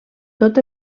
tot